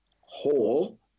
whole